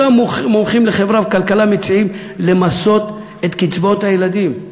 אותם מומחים לחברה וכלכלה מציעים למסות את קצבאות הילדים.